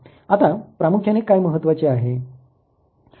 आता प्रामुख्याने काय महत्वाचे आहे